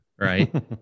right